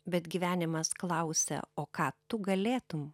bet gyvenimas klausia o ką tu galėtum